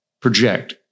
project